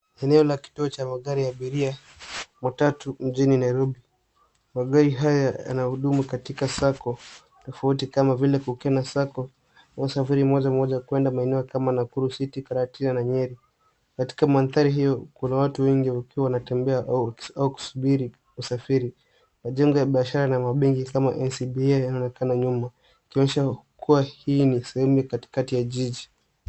Eneo la kituo cha magari ya abiria; matatu mjini Nairobi. Magari haya yanahudumu katika sacco tofauti kama vile Kukena Sacco, wanaosafiri moja kwa moja kwenda maeneo kama Nakuru City, Karatina na Nyeri. Katika mandhari hiyo kuna watu wengi wakiwa wanatembea au kusubiri usafiri. Majengo ya biashara na mabenki kama NCBA yanaonekana nyuma, ikionyesha kuwa hii ni sehemu ya katikati ya jiji.